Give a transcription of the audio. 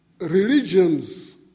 religions